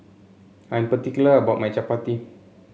I'm particular about my Chapati